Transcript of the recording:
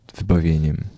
wybawieniem